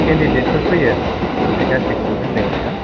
केन्डिडेटफोर फैयो बेहाय गासिखोबो जों लिंहरगोन